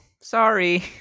Sorry